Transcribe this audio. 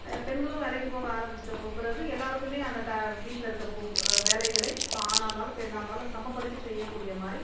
பெண்களும் வேலைக்கு போக ஆரம்பிச்சுட்ட பி பிறகு எல்லாேருக்குமே அந்த ட வீட்டிலிருக்க வேலைகளை ஆணாகருந்தாலும் பெண்ணாகருந்தாலும் சமப்படுத்தி செய்யக்கூடிய மாதிரி